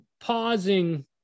pausing